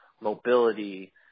mobility